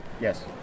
Yes